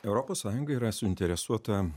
europos sąjunga yra suinteresuota